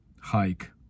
hike